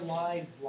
lives